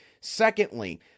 Secondly